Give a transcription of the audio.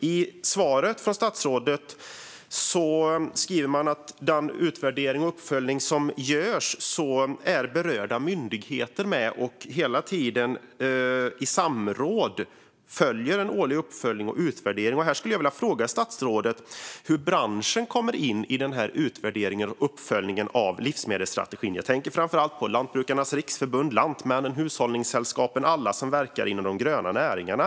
I svaret från statsrådet sägs det när det gäller den utvärdering och uppföljning som görs att berörda myndigheter i samråd gör en årlig uppföljning och utvärdering. Jag skulle vilja fråga statsrådet hur branschen kommer in i utvärderingen och uppföljningen av livsmedelsstrategin. Jag tänker framför allt på Lantbrukarnas Riksförbund, Lantmännen, hushållningssällskapen och alla andra som verkar inom de gröna näringarna.